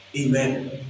Amen